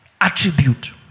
attribute